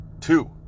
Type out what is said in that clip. two